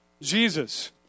Jesus